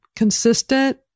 consistent